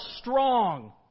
strong